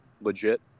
legit